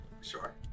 Sure